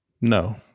No